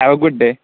have a good day